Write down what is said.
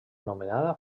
anomenada